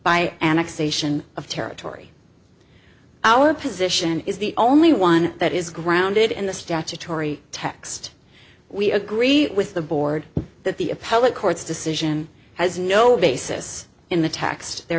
annexation of territory our position is the only one that is grounded in the statutory text we agree with the board that the appellate court's decision has no basis in the text there